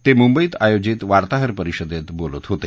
ते मुंबईत आयोजित वार्ताहर परिषदेत बोलत होते